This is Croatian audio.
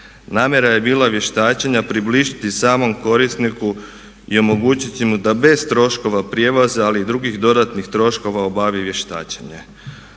Namjera je bila vještačenja približiti samom korisniku i omogućiti mu da bez troškova prijevoza ali i drugih dodatnih troškova obavi vještačenje.